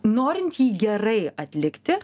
norint jį gerai atlikti